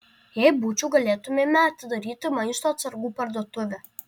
jei būčiau galėtumėme atidaryti maisto atsargų parduotuvę